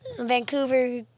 Vancouver